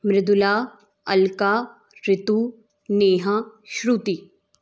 Mridula Alka Ritu Neha Shruti